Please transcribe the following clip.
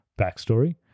backstory